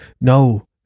No